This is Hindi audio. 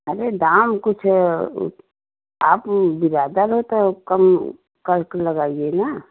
अरे दाम कुछ आप बिरादर हो तो कम करके लगाइए ना